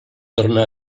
torna